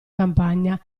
campagna